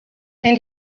and